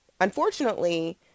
unfortunately